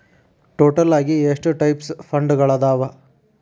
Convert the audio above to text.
total ಆಗಿ ಎಷ್ಟ types ಫಂಡ್ಗಳದಾವ